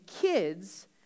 kids